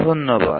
ধন্যবাদ